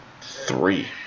Three